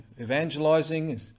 evangelizing